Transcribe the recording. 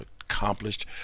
accomplished